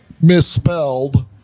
Misspelled